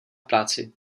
práci